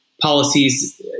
policies